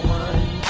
one